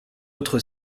autre